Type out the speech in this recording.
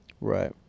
right